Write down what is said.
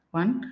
one